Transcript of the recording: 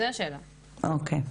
אוקיי.